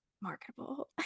marketable